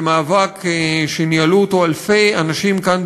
במאבק שניהלו אלפי אנשים כאן,